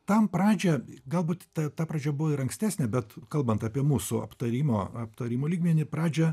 tam pradžią galbūt ta ta pradžia buvo ir ankstesnė bet kalbant apie mūsų aptarimo aptarimo lygmenį pradžią